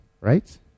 right